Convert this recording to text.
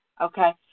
okay